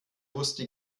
wusste